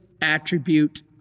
attribute